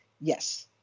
yes